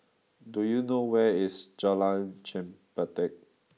do you know where is Jalan Chempedak